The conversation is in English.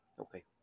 Okay